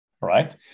right